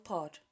Pod